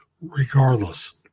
Regardless